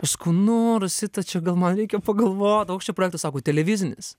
aš sakau nu rosita čia gal man reikia pagalvot koks čia projektas sako televizinis